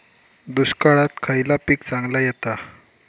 दुष्काळात खयला पीक चांगला येता?